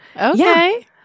Okay